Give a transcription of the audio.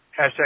Hashtag